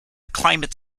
climate